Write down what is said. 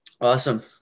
Awesome